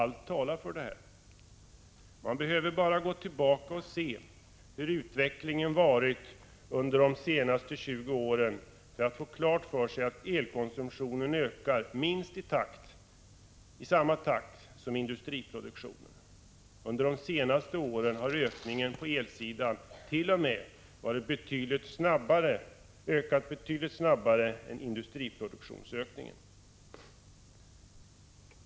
Allt talar för detta. Man behöver bara gå tillbaka och se hur utvecklingen varit under de senaste 20 åren för att få klart för sig att elkonsumtionen ökar minst i samma takt som industriproduktionen. Under de senaste åren har ökningen på elsidan t.o.m. varit betydligt snabbare än industriproduktionsökningen.